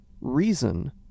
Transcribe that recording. reason